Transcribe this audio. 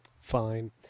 Fine